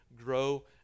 grow